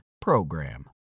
PROGRAM